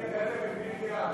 אלה, כל היישובים,